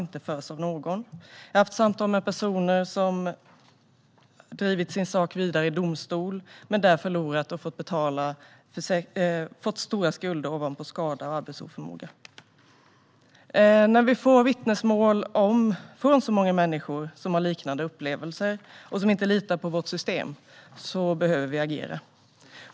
Jag har haft samtal med personer som har drivit sin sak vidare i domstol men där förlorat och fått stora skulder ovanpå skada och arbetsoförmåga. När vi får vittnesmål från så många människor som har liknande upplevelser och som inte litar på vårt system behöver vi agera.